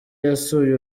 yasuye